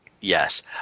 yes